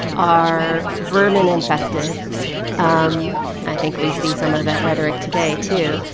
are vermin-infested um i think we see some of that rhetoric today, too.